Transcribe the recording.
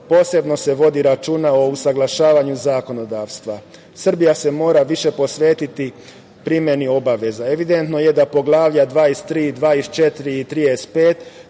posebno se vodi računa o usaglašavanju zakonodavstva. Srbija se mora više posvetiti primeni obaveza. Evidentno je da poglavlja 23, 24, 35.